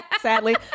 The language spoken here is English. sadly